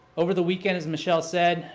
over the weekend as michelle said,